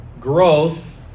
growth